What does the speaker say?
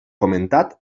comentat